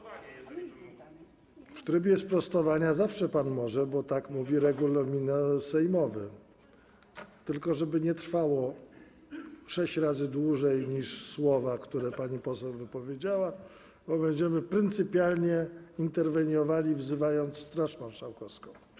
W trybie sprostowania zawsze pan może, bo tak mówi regulamin sejmowy, tylko żeby ono nie trwało sześć razy dłużej niż słowa, które pani poseł wypowiedziała, bo będziemy pryncypialnie interweniowali, wzywając Straż Marszałkowską.